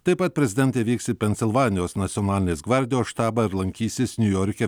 taip pat prezidentė vyks į pensilvanijos nacionalinės gvardijos štabą ir lankysis niujorke